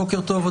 בוקר טוב,